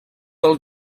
del